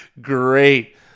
great